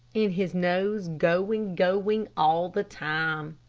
and his nose going, going all the time.